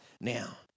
now